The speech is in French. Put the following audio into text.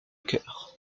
cœur